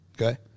okay